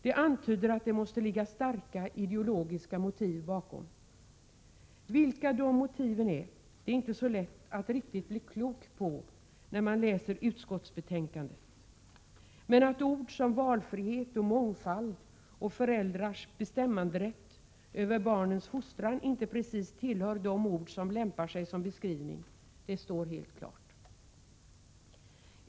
Detta antyder att det måste ligga starka ideologiska motiv bakom motståndet. Vilka de motiven är är det inte så lätt att bli klok på då man läser utskottsbetänkandet, men att ord som valfrihet och mångfald och föräldrars bestämmanderätt över barnens fostran inte precis tillhör de ord som lämpar sig som beskrivning står helt klart.